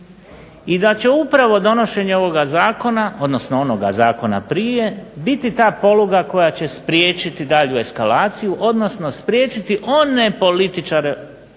i da će upravo donošenje ovoga zakona, odnosno onoga zakona prije biti ta poluga koja će spriječiti dalju eskalaciju, odnosno spriječiti one političare,